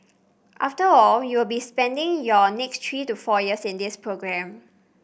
after all you will be spending your next three to four years in this programme